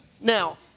Now